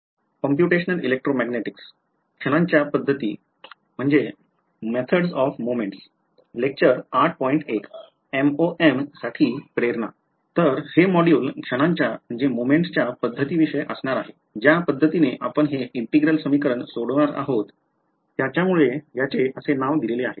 तर हे मॉड्यूल क्षणांच्या पद्धतीविषयी असणार आहे ज्या पद्धतीने आपण हे integral समीकरण सोडवणार आहोत त्याच्यामुळे याचे असे नाव दिलेले आहे